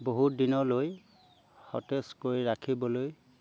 বহুত দিনলৈ সতেজ কৰি ৰাখিবলৈ